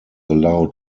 allowed